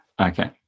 Okay